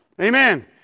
Amen